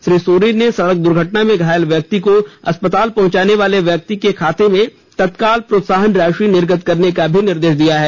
श्री सोरेन ने सड़क दुर्घटना में घायल व्यक्ति को अस्पताल पहुंचाने वाले व्यक्ति के खाते में तत्काल प्रोत्साहन राशि निर्गत करने का भी निर्देश दिया है